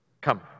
Come